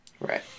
Right